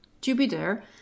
Jupiter